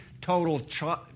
total